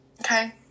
Okay